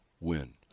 win